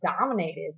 dominated